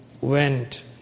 went